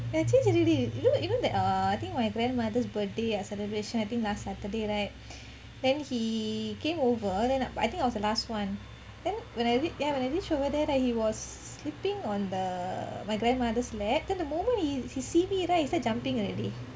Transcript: ya change already you know err I think my grandmother's birthday celebration last saturday right then he came over then I think I was the last [one] then when I reach over there he was sleeping on the my grandmother's lap then the moment he see me right he start jumping already